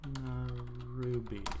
Ruby